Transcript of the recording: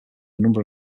number